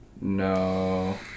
No